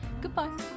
Goodbye